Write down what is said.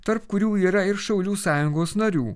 tarp kurių yra ir šaulių sąjungos narių